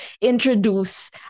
introduce